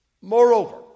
Moreover